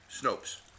Snopes